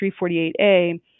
348a